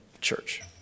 church